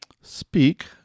speak